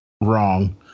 wrong